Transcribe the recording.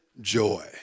joy